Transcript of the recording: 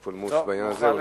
פולמוס בעניין הזה.